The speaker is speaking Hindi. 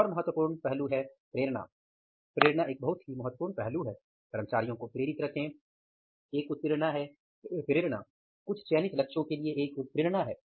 एक और महत्वपूर्ण पहलू प्रेरणा है कर्मचारियों को प्रेरित रखे एक उत्प्रेरणा है प्रेरणा कुछ चयनित लक्ष्यों के लिए एक उत्प्रेरणा है